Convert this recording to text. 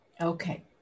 Okay